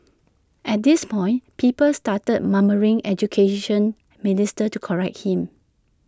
at this point people started murmuring Education Minister to correct him